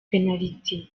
penariti